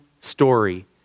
story